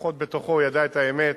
לפחות בתוכו הוא ידע את האמת.